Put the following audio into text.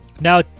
Now